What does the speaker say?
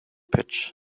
pitch